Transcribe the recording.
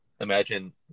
imagine